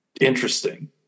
interesting